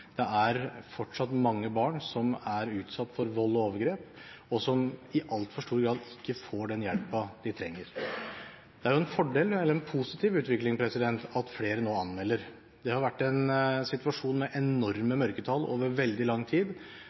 Det er fortsatt mange barn som er utsatt for vold og overgrep, og som i altfor stor grad ikke får den hjelpen de trenger. Det er en fordel – eller en positiv utvikling – at flere nå anmelder. Det har vært en situasjon med enorme mørketall over veldig lang tid.